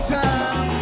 time